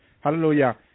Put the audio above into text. Hallelujah